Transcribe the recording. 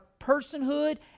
personhood